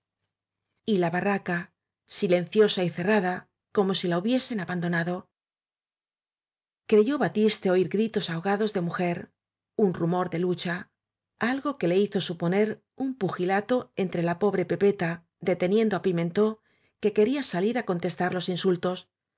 la barraca silenciosa y cerrada como si la hubiesen abandonado creyó batiste oir gritos ahogados de mu jer un rumor de lucha algo que le hizo su poner un pugilato entre la pobre pepeta eleteniendo á pimentó que quería salir á contes tar los insultos